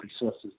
resources